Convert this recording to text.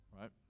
right